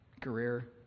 career